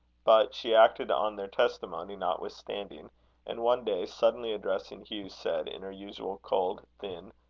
but she acted on their testimony notwithstanding and one day suddenly addressing hugh, said, in her usual cold, thin,